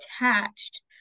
attached